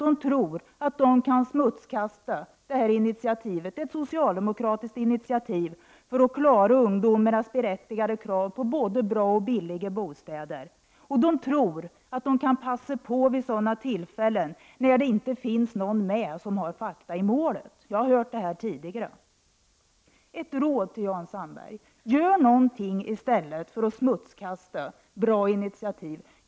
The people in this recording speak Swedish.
De tror att de kan smutskasta detta socialdemokratiska initiativ vars syfte varit att uppfylla ungdomars berättigade krav på både bra och billiga bostäder. Moderaterna tycks passa på att framföra sin kritik vid tillfällen då de som besitter fakta i målet inte är närvarande. Jag har hört det här tidigare. Låt mig ge Jan Sandberg ett råd. Gör någonting i stället för att smutskasta bra initiativ!